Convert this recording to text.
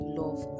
love